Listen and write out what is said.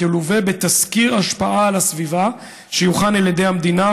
תלווה בתסקיר השפעה על הסביבה שיוכן על ידי המדינה,